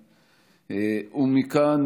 מכאן,